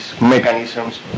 mechanisms